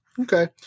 Okay